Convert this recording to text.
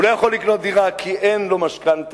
הוא לא יכול לקנות דירה כי אין לו משכנתה,